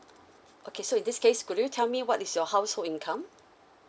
okay so in this case could you tell me what is your household income